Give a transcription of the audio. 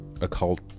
occult